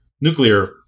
nuclear